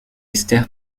esther